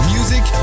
Music